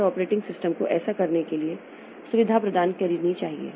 और operating system को ऐसा करने के लिए सुविधा प्रदान करनी चाहिए